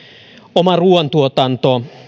oma ruuantuotanto